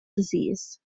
disease